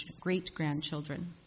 great-grandchildren